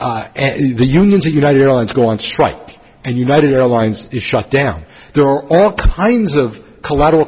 and the unions are united airlines go on strike and united airlines is shut down all kinds of collateral